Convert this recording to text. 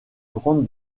grande